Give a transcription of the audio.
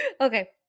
Okay